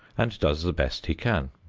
and does the best he can.